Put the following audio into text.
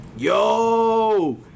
Yo